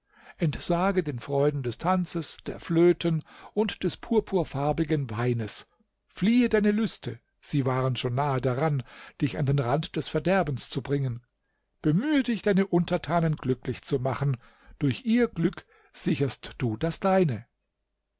entsage den freuden des tanzes der flöten und des purpurfarbigen weines fliehe deine lüste sie waren schon nahe daran dich an den rand des verderbens zu bringen bemühe dich deine untertanen glücklich zu machen durch ihr glück sicherst du das deine